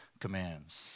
commands